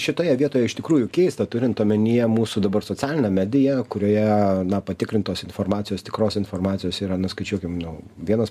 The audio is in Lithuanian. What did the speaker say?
šitoje vietoje iš tikrųjų keista turint omenyje mūsų dabar socialinę mediją kurioje na patikrintos informacijos tikros informacijos yra na skaičiuokim nu vienas